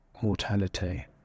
mortality